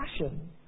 passion